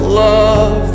love